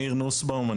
ניר נוסבאום,